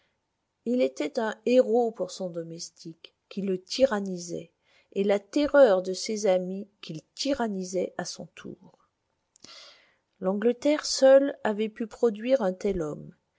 il était un héros pour son domestique qui le tyrannisait et la terreur de ses amis qu'il tyrannisait à son tour l'angleterre seule avait pu produire un tel homme